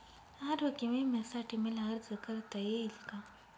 आरोग्य विम्यासाठी मला अर्ज करता येईल का?